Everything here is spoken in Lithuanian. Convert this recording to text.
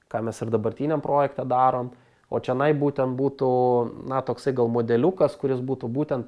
ką mes ar dabartiniam projekte darom o čionai būtent būtų na toksai gal modeliukas kuris būtų būtent